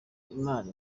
imana